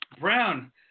Brown